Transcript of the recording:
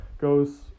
goes